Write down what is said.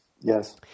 Yes